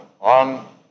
on